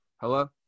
Hello